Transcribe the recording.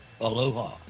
Aloha